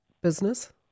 business